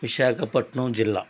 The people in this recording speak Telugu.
విశాఖపట్నం జిల్లా